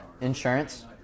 Insurance